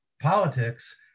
politics